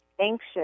anxious